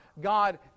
God